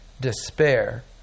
despair